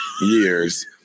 years